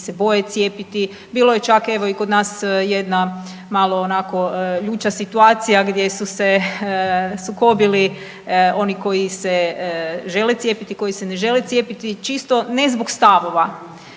se boje cijepiti. Bilo je čak evo i kod nas jedna malo onako ljuća situacija gdje su se sukobili oni koji se žele cijepiti i koji se ne žele cijepiti čisto ne zbog stavova,